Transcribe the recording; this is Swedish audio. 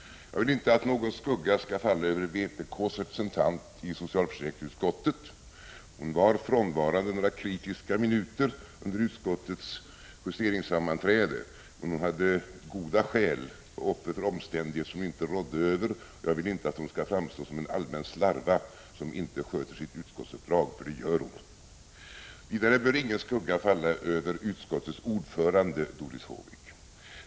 Jag vill inte att någon skugga skall falla över vpk:s representant i socialförsäkringsutskottet. Hon var frånvarande några kritiska minuter under utskottets justeringssammanträde, men hon hade goda skäl. Hon var offer för omständigheter som hon inte rådde över, och jag vill inte att hon skall framstå som en allmän slarva, som inte sköter sitt utskottsuppdrag, för det gör hon. Vidare bör ingen skugga falla över utskottets ordförande Doris Håvik.